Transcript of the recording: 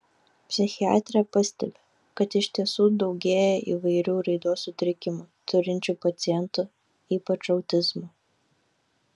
psichiatrė pastebi kad iš tiesų daugėja įvairių raidos sutrikimų turinčių pacientų ypač autizmo